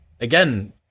again